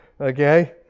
Okay